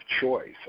choice